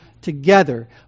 together